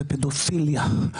זה פדופיליה,